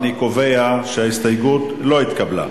אני קובע שההסתייגות לא התקבלה.